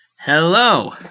Hello